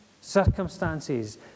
Circumstances